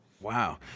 Wow